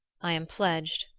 i am pledged.